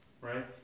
Right